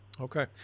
Okay